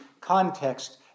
context